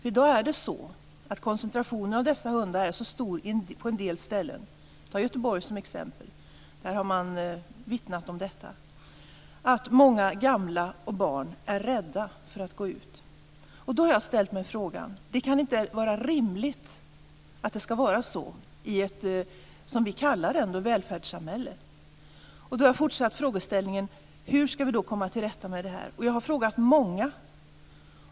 I dag är koncentrationen av dessa hundar så stor på en del ställen - Göteborg är ett exempel, det har man vittnat om - att många gamla och barn är rädda för att gå ut. Det kan inte vara rimligt att det ska vara så i ett välfärdssamhälle. Hur ska vi då komma till rätta med detta? Jag har frågat många.